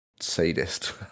sadist